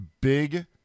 big